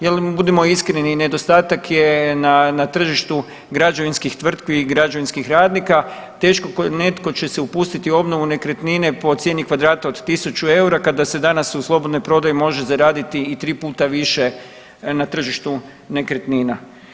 Jer budimo iskreni nedostatak je na tržištu građevinskih tvrtki i građevinskih radnika, teško netko će se upustiti u obnovu nekretnine po cijeni kvadrata od 1000 EUR-a kada se danas u slobodnoj prodaji može zaraditi i 3 puta više na tržištu nekretnina.